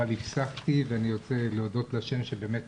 אבל הפסקתי ואני רוצה להודות להשם שבאמת